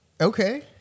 Okay